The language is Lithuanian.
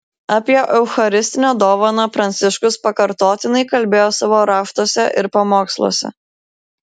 apie eucharistinę dovaną pranciškus pakartotinai kalbėjo savo raštuose ir pamoksluose